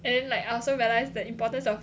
and then like I also realise the importance of